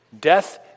Death